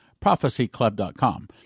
ProphecyClub.com